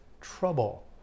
trouble